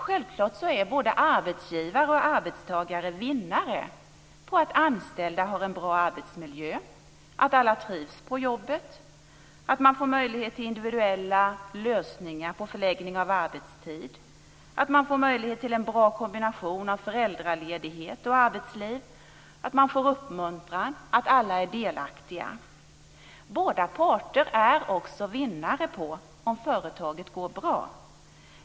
Självklart är både arbetsgivare och arbetstagare vinnare på att anställda har en bra arbetsmiljö, att alla trivs på jobbet, att man får individuella lösningar på förläggning av arbetstid, får möjlighet till en bra kombination av föräldraledighet och arbetsliv, får uppmuntran och att alla är delaktiga. Båda parter är också vinnare på om företaget går bra.